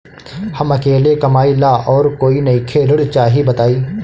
हम अकेले कमाई ला और कोई नइखे ऋण चाही बताई?